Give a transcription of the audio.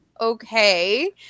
okay